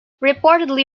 reportedly